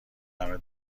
همه